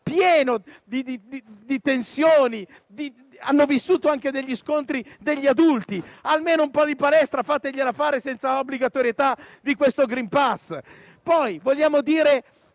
pieno di tensioni? Hanno vissuto anche gli scontri degli adulti: almeno un po' di palestra fategliela fare, senza obbligatorietà di questo *green pass*!